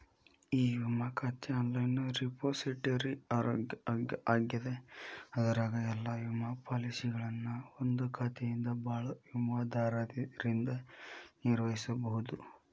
E ವಿಮಾ ಖಾತೆ online repository ಆಗ್ಯದ ಅದರಾಗ ಎಲ್ಲಾ ವಿಮಾ ಪಾಲಸಿಗಳನ್ನ ಒಂದಾ ಖಾತೆಯಿಂದ ಭಾಳ ವಿಮಾದಾರರಿಂದ ನಿರ್ವಹಿಸಬೋದು